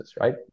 right